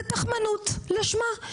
זאת תחמנות לשמה.